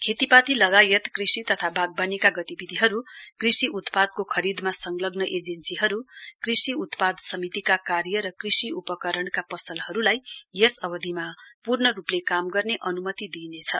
खेतीपाती लगायत कृषि तथा वाग्वानीका गतिविधिहरू कृषि उत्पादको खरीदमा संलग्न एजेन्सीहरू कृषि उत्पाद समितिका कार्य र कृषि उपकरणका पसलहरूलाई यस अवधिमा पूर्ण रूपले काम गर्ने अनुमति दिइनेछ